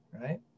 right